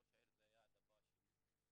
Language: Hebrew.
ראש העיר זה היעד הבא שלי,